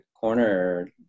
corner